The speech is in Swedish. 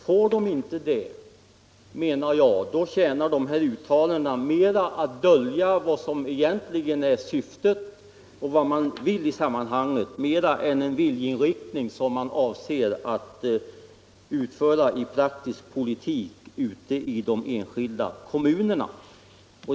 Får de inte det, menar jag, tjänar dessa uttalanden mer till att dölja vad som egentligen är syftet än till att vara en viljeinriktning som man avser att föra ut i praktisk politik i de enskilda kommunerna.